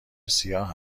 سیاه